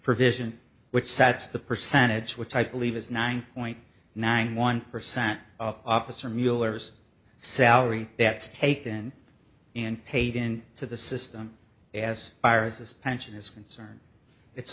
provision which sets the percentage which i believe is nine point nine one percent of officer mueller's salary that's taken in paid in to the system as viruses pension is concerned it's